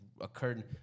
occurred